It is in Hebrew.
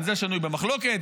גם זה שנוי במחלוקת,